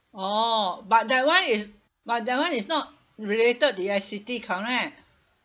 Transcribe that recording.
oh but that [one] is but that [one] is not related to electricity correct